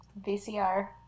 VCR